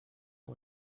and